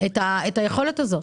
את היכולת הזאת?